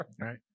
Right